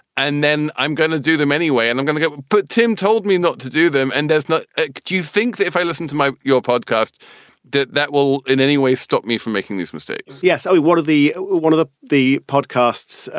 and then i'm going to do them anyway and i'm going to get put. tim told me not to do them and does not. ah do you think that if i listen to my your podcast that that will in any way stop me from making these mistakes? yes. i mean, what are the one of the the podcasts?